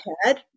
head